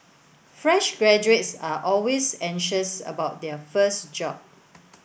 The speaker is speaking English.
fresh graduates are always anxious about their first job